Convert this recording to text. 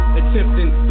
attempting